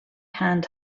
hand